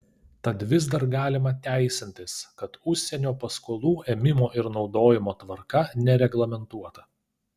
tad vis dar galima teisintis kad užsienio paskolų ėmimo ir naudojimo tvarka nereglamentuota